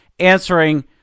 answering